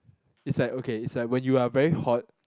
is like okay is like when you are very hot